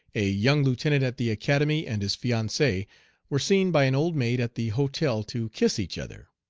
a young lieutenant at the academy and his fiancee were seen by an old maid at the hotel to kiss each other.